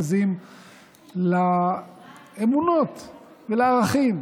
בזים לאמונות ולערכים,